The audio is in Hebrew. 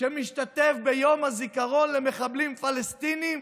שמשתתף ביום הזיכרון למחבלים פלסטינים,